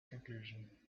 conclusion